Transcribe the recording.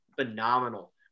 phenomenal